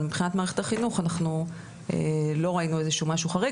אבל מבחינת מערכת החינוך אנחנו לא ראינו איזה שהוא משהו חריג,